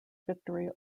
victory